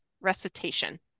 recitation